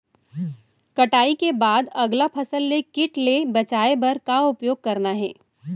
कटाई के बाद अगला फसल ले किट ले बचाए बर का उपाय करना हे?